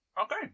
Okay